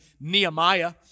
Nehemiah